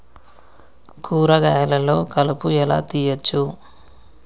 కూరగాయలలో కలుపు ఎలా తీయచ్చు?